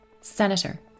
Senator